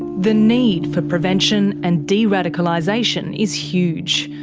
the need for prevention and de-radicalisation is huge.